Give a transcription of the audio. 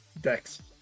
Dex